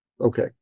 Okay